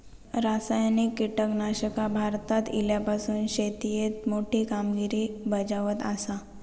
रासायनिक कीटकनाशका भारतात इल्यापासून शेतीएत मोठी कामगिरी बजावत आसा